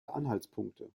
anhaltspunkte